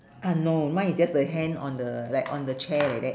ah no mine is just the hand on the like on the chair like that